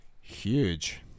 huge